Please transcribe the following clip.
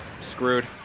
Screwed